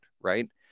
right